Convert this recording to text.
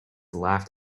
laughed